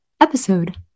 episode